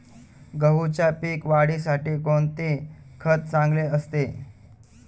गहूच्या पीक वाढीसाठी कोणते खत चांगले असते?